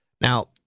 Now